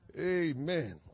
Amen